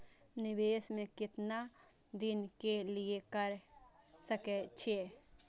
निवेश में केतना दिन के लिए कर सके छीय?